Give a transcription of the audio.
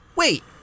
Wait